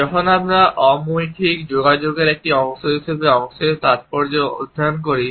যখন আমরা অমৌখিক যোগাযোগের একটি অংশ হিসাবে স্পর্শের তাৎপর্য অধ্যয়ন করি